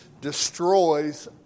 destroys